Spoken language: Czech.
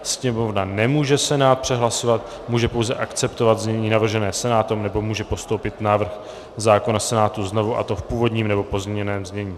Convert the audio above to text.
Sněmovna nemůže Senát přehlasovat, může pouze akceptovat znění navržené Senátem nebo může postoupit návrh zákona Senátu znovu, a to v původním nebo pozměněném znění.